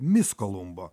mis kolumbo